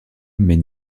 mais